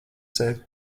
sevi